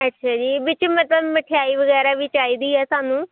ਅੱਛਾ ਜੀ ਵਿਚ ਮਤਲਬ ਮਠਿਆਈ ਵਗੈਰਾ ਵੀ ਚਾਹੀਦੀ ਹੈ ਸਾਨੂੰ